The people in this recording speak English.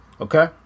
Okay